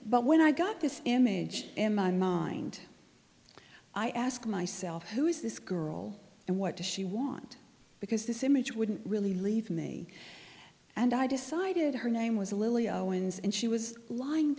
but when i got this image in my mind i ask myself who is this girl and what does she want because this image wouldn't really leave me and i decided her name was a lily owens and she was lying